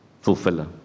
fulfiller